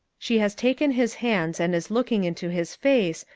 she has taken his hands and is looking into his face,